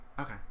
okay